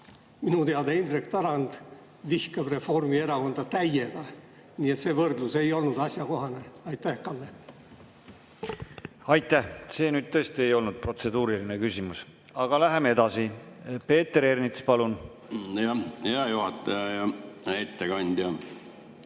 Minu teada Indrek Tarand vihkab Reformierakonda täiega. Nii et see võrdlus ei olnud asjakohane. Aitäh, Kalle! Aitäh! See nüüd tõesti ei olnud protseduuriline küsimus. Aga läheme edasi. Peeter Ernits, palun! Aitäh! See nüüd